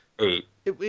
Eight